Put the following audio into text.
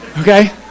Okay